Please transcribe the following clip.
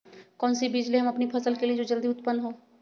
कौन सी बीज ले हम अपनी फसल के लिए जो जल्दी उत्पन हो?